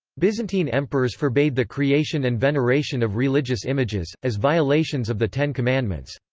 byzantine emperors forbade the creation and veneration of religious images, as violations of the ten commandments.